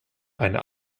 eine